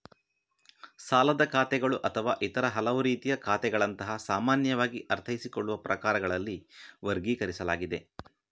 ಸಾಲದ ಖಾತೆಗಳು ಅಥವಾ ಇತರ ಹಲವು ರೀತಿಯ ಖಾತೆಗಳಂತಹ ಸಾಮಾನ್ಯವಾಗಿ ಅರ್ಥೈಸಿಕೊಳ್ಳುವ ಪ್ರಕಾರಗಳಲ್ಲಿ ವರ್ಗೀಕರಿಸಲಾಗಿದೆ